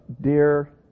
dear